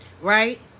Right